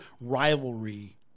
rivalry